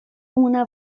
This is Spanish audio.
una